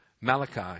Malachi